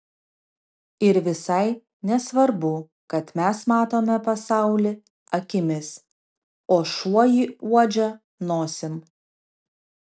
ir visai nesvarbu kad mes matome pasaulį akimis o šuo jį uodžia nosim